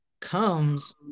comes